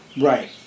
Right